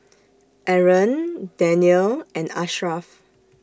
Aaron Daniel and Ashraf